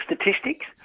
statistics